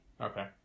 Okay